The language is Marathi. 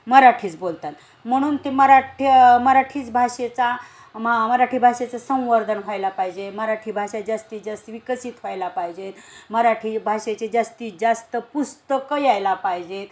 मराठीच बोलतात म्हणून ते मराठी मराठीच भाषेचा मा मराठी भाषेचं संवर्धन व्हायला पाहिजे मराठी भाषा जास्तीत जास्त विकसित व्हायला पाहिजे मराठी भाषेचे जास्तीत जास्त पुस्तकं यायला पाहिजेत